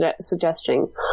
suggesting